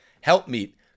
helpmeet